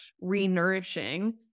re-nourishing